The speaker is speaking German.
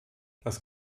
das